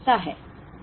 तो यह हिस्सा है